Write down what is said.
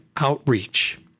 outreach